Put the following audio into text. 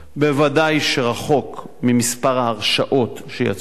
בוודאי שזה רחוק ממספר ההרשאות שיצאו,